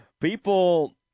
People